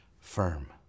firm